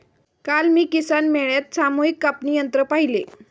काल मी किसान मेळ्यात सामूहिक कापणी यंत्र पाहिले